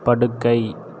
படுக்கை